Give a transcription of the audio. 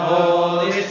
Holy